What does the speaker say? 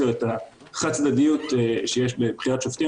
או את החד-צדדיות שיש בבחירת שופטים,